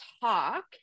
talk